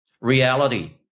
Reality